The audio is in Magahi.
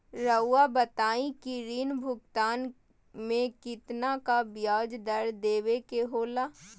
रहुआ बताइं कि ऋण भुगतान में कितना का ब्याज दर देवें के होला?